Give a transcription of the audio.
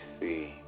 see